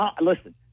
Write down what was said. listen